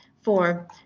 Four